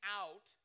out